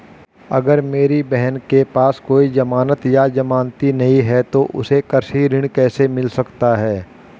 अगर मेरी बहन के पास कोई जमानत या जमानती नहीं है तो उसे कृषि ऋण कैसे मिल सकता है?